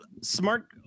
smart